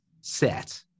set